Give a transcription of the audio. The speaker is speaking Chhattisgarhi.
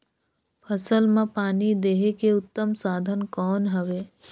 फसल मां पानी देहे के उत्तम साधन कौन हवे?